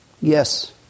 Yes